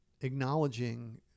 acknowledging